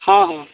ହଁ ହଁ